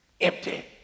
empty